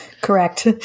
Correct